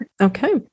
Okay